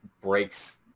breaks